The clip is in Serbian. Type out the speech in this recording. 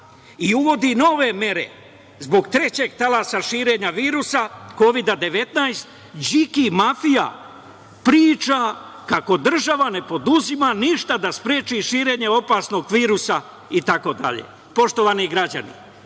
i uvodi nove mere zbog trećeg talasa širenja virusa Kovida-19, Điki mafija priča kako država ne preduzima ništa da spreči širenje opasnog virusa, itd. Poštovani građani,